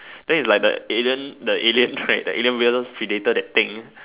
then it's like the alien the alien right the alien versus predator that thing